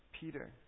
Peter